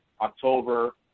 October